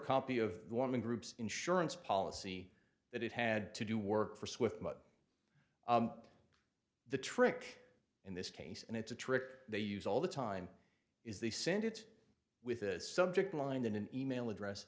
copy of the woman groups insurance policy that it had to do work for swift but the trick in this case and it's a trick they use all the time is they send it with a subject line than an email address